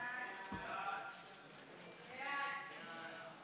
סעיפים 1 45 נתקבלו.